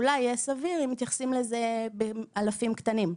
אולי יהיה סביר אם מתייחסים לזה באלפים קטנים.